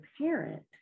parent